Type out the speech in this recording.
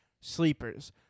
sleepers